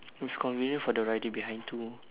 it's convenient for the rider behind to